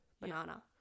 Banana